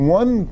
one